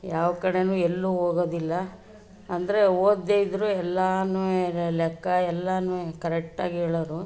ಯಾವ ಕಡೆಯೂ ಎಲ್ಲೂ ಹೋಗೊದಿಲ್ಲ ಅಂದರೆ ಓದದೇ ಇದ್ದರೂ ಎಲ್ಲನೂ ಲೆಕ್ಕ ಎಲ್ಲನೂ ಕರೆಕ್ಟಾಗಿ ಹೇಳೋವ್ರು